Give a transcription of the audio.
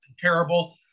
comparable